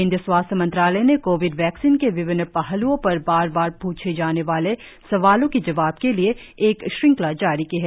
केंद्रीय स्वास्थ्य मंत्रालय ने कोविड वैक्सीन के विभिन्न पहल्ओं पर बार बार पूछे जाने वाले सवालों के जवाब के लिए एक श्रंखला जारी की है